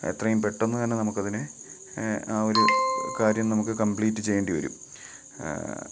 എത്രയും പെട്ടന്ന് തന്നെ നമുക്കതിനെ ആ ഒരു കാര്യം നമുക്ക് കമ്പ്ലീറ്റ് ചെയ്യണ്ടി വരും